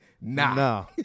No